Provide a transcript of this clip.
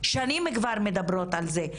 שנים כבר מדברות על זה.